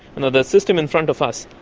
and the system in front of us,